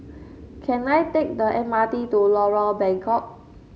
can I take the M R T to Lorong Bengkok